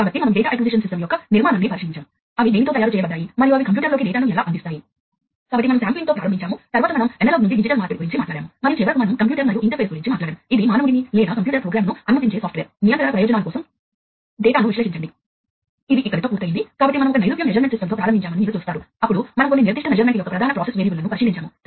కాబట్టి ఒకవేళ మనకు కొంత మేధస్సుతో ఫీల్డ్ మానిటరింగ్ పరికరం కనుక ఉంటే ఇంటువంటి లోపాలు తొలగించబడతాయి తద్వారా కొన్ని నైరూప్య కమాండ్ సిగ్నల్స్ వస్తాయి మరియు కంట్రోల్ సిగ్నల్స్ తక్కువ స్థాయి నియంత్రణ సిగ్నల్స్ అయి ఉండాలి ఇక్కడ ఫీడ్బ్యాక్ తీసుకొని నియంత్రిక వాస్తవానికి ఔట్పుట్ ని ఉత్పత్తి చేస్తుంది అటువంటి సంకేతాలను పరికరంలోనే లెక్కించవచ్చు